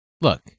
Look